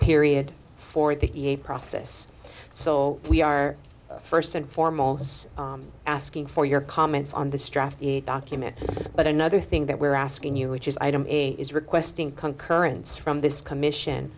period for the process so we are first and foremost asking for your comments on the stress document but another thing that we're asking you which is item eight is requesting concurrence from this commission